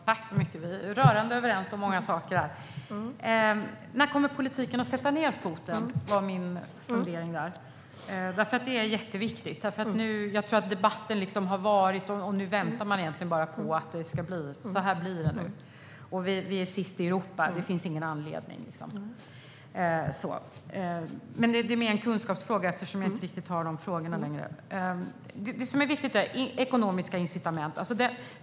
Herr talman! Vi är rörande överens om många saker. När kommer då politiken att sätta ned foten? Det var min fundering. Det är ju jätteviktigt. Jag tror att debatten liksom har varit, och nu väntar man bara på att det ska bli verklighet av det hela. Vi är sist i Europa. Det finns ingen anledning att vänta. Men detta är mer en kunskapsfråga, eftersom jag inte riktigt har alla fakta där. Det som är viktigt är ekonomiska incitament.